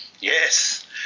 Yes